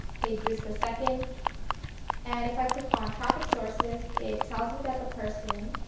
page views per second and if i click on traffic sources it tells me that the person